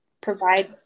provide